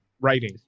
writing